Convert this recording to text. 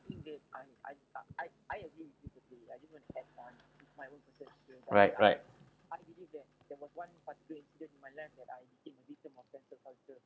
right right